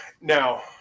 Now